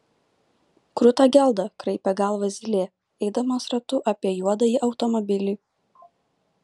kruta gelda kraipė galvą zylė eidamas ratu apie juodąjį automobilį